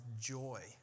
joy